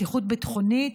מתיחות ביטחונית,